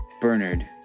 Bernard